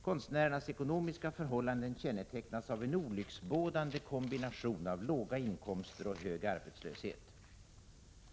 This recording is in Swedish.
Konstnärernas ekonomiska förhållanden kännetecknas av en olycksbådande kombination av låga inkomster och hög arbetslöshet.